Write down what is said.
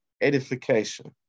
edification